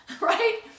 Right